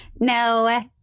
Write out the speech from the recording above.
No